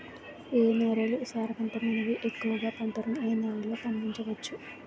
ఏ నేలలు సారవంతమైనవి? ఎక్కువ గా పంటలను ఏ నేలల్లో పండించ వచ్చు?